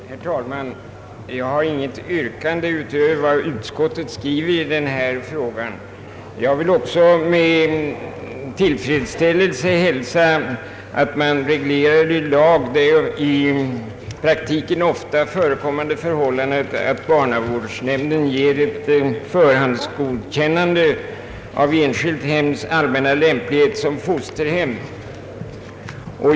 Herr talman! Jag har inte något yrkande utöver vad utskottet skriver i denna fråga. Med tillfredsställelse hälsar jag att man i lag reglerar det i praktiken ofta förekommande förhållandet att barnavårdsnämnden ger förhandsgodkännande av enskilt hems all männa lämplighet som fosterhem.